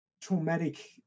traumatic